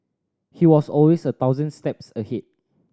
he was always a thousand steps ahead